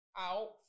out